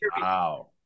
Wow